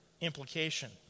implication